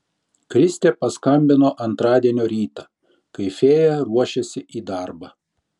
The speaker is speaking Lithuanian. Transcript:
kristė paskambino antradienio rytą kai fėja ruošėsi į darbą